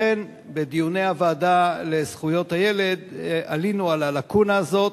בדיוני הוועדה לזכויות הילד עלינו על הלקונה הזאת,